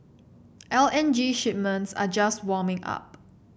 L N G shipments are just warming up